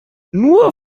nur